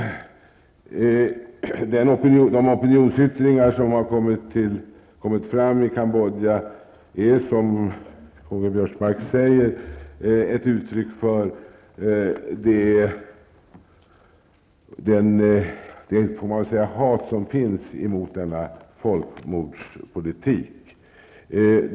De opinionsyttringar som har kommit fram i Kambodja är, som Karl-Göran Biörsmark säger, ett uttryck för det hat som finns emot denna folkmordspolitik.